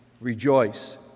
Rejoice